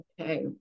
Okay